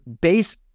base